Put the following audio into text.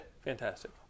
fantastic